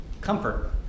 Comfort